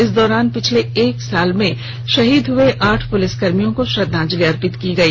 इस दौरान पिछले एक साल में शहीद हुए आठ पुलिसकर्मियों को श्रद्वांजलि अर्पित की गई